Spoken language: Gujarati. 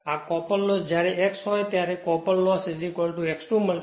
તેથી કોપર લોસ જ્યારે x હોય ત્યારે કોપર લોસ X2 Wc